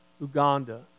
Uganda